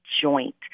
joint